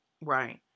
Right